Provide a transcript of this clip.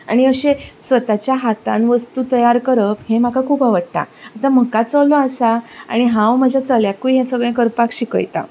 आनी अशे स्वताच्या हातान वस्तू तयार करप हें म्हाका खूब आवडटा आतां म्हाका चलो आसा आनी हांव म्हज्या चलयाकूय हें सगळें करपाक शिकयता